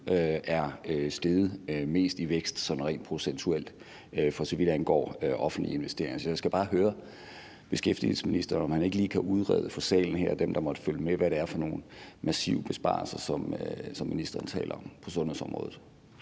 den største vækst sådan procentuelt, for så vidt angår offentlige investeringer. Så jeg skal bare høre beskæftigelsesministeren, om han ikke lige kan udrede for salen her og for dem, der måtte følge med, hvad det er for nogle massive besparelser på sundhedsområdet,